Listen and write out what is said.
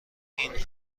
این